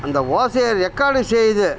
அந்த ஓசையை ரெக்கார்டு செய்து